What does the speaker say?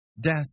Death